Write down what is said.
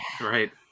Right